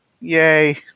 yay